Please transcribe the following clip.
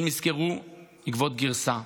הם נזכרו לגבות גרסה.